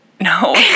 No